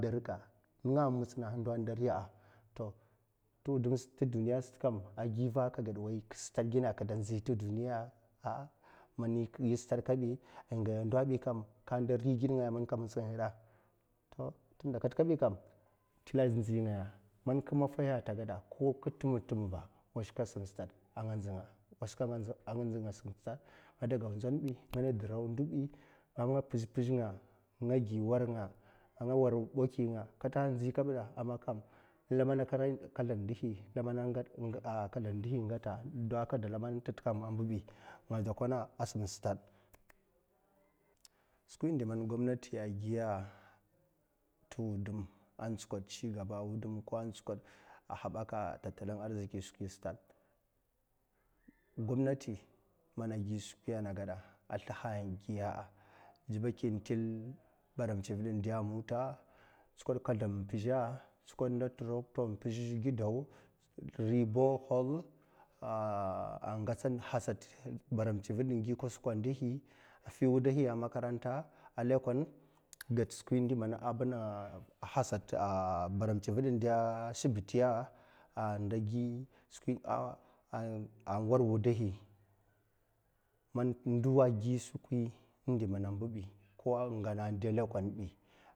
Man ka mits ngaya ndode riya a’ a’ giva a’ gede ka stad a’ ka nzi te duniya in ngaya ndo bi kam kade rigid ngaya man ka mits ngaje man ka mits kda to tunda kat kabi slila nzi ngaya man ka maffahi a’ legad kam ko ba washka a’ nga nzi nga, nga de draw ko katamtam ndobi nga de go nzonbi a’ nga pizh'pizh nga a’ nga gi war nga a’ war bakwi nga kata a’ nzi kambda a’ man kam laman kaldlan ndihi ngata do keda lamana kaldlan tanta a mbibi nga do kona a’ sam stad skwi ind man gwamnati a’ giya te wudum an tskada a’ tsigaba wudum ko an tsikada habaka tanta arzaki skwi stad gwamnati mana a gi skwi naduga a’ sliha a’ giya'a; dubakin slin ban tsivid inda'a, mnta in pizha tskwad na tura tskwad kaldlan pizha na turaktan pizh gi daw in ribohol a’ hasat a’ ngatsat hasat baran tsivid ngi kwasak a’ indihi a’ fi wudaki lekole ga'ta, an hasat tsivit a’ baran tsivit an de a’ asibiti shibiti an du skkwi man te war wudahi man ndogi, skwi man idni man a'mbibi in ngana a’ de lokolbi